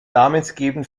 namensgebend